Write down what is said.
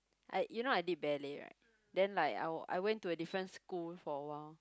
I you know I did ballet right then like I w~ I went to a different school for a while